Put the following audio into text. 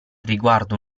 riguardo